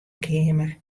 keamer